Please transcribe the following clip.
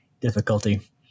difficulty